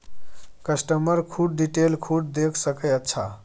customer खुद detail खुद देख सके अच्छा